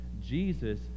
Jesus